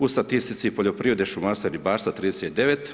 U statistici poljoprivrede, šumarstva i ribarstva 39.